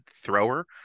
thrower